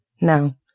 Now